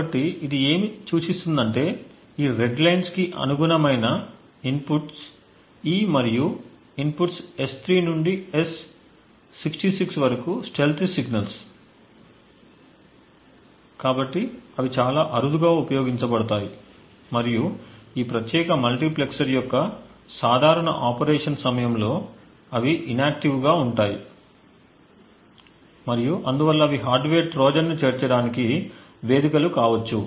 కాబట్టి ఇది ఏమి సూచిస్తుందంటే ఈ రెడ్ లైన్స్కు అనుగుణమైన ఇన్ పుట్స్ E మరియు ఇన్ పుట్స్ S3 నుండి S66 వరకు స్టీల్తీ సిగ్నల్స్ కాబట్టి అవి చాలా అరుదుగా ఉపయోగించబడతాయి మరియు ఈ ప్రత్యేక మల్టీప్లెక్సర్ యొక్క సాధారణ ఆపరేషన్ సమయంలో అవి ఇనాక్టివ్ గా ఉంటాయి మరియు అందువల్ల అవి హార్డ్వేర్ ట్రోజన్ను చేర్చడానికి వేదికలు కావచ్చు